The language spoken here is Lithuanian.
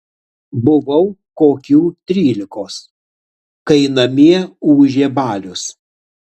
buvau kokių trylikos kai namie ūžė balius